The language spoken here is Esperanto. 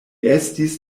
estis